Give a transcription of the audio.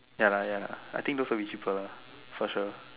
ya lah ya lah I think those will be cheaper for sure